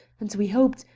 and we hoped,